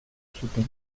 zuten